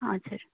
हजुर